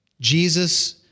Jesus